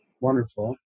wonderful